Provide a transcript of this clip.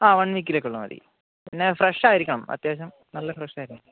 ആ വൺ വീക്കിലേക്ക് ഉള്ള മതി പിന്നെ ഫ്രഷ് ആയിരിക്കണം അത്യാവശ്യം നല്ല ഫ്രഷ് ആയിരിക്കണം